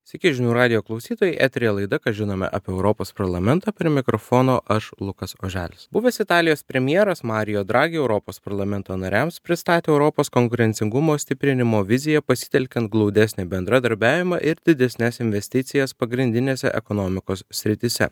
sveiki žinių radijo klausytojai eteryje laida ką žinome apie europos parlamentą prie mikrofono aš lukas oželis buvęs italijos premjeras mario dragi europos parlamento nariams pristatė europos konkurencingumo stiprinimo viziją pasitelkiant glaudesnį bendradarbiavimą ir didesnes investicijas pagrindinėse ekonomikos srityse